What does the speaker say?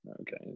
Okay